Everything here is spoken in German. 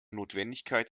notwendigkeit